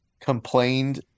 complained